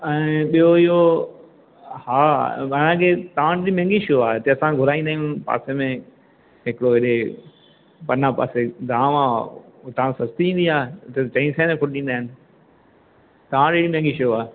ऐं ॿियों इहो हा घणा डे तव्हां वटि माहंगी छो आहे हिते असां घुराईंदा आहियूं पासे में हिकिड़ो हेॾे पना पासे गांव आहे हुतां सस्ती ईंदी आहे हुते चारि सौ रुपिए फ़ुट ॾींदा आहिनि तव्हां वट हेॾी माहंगी छो आहे